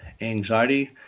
anxiety